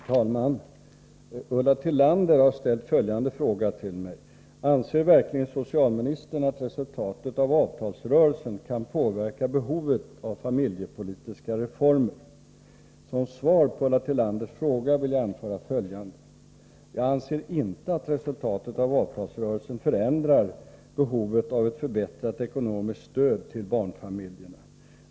Herr talman! Ulla Tillander har ställt följande fråga till mig: Anser verkligen socialministern att resultatet av avtalsrörelsen kan påverka behovet av familjepolitiska reformer? Som svar på Ulla Tillanders fråga vill jag anföra följande. Jag anser inte att resultatet av avtalsrörelsen förändrar behovet av ett förbättrat ekonomiskt stöd till barnfamiljerna.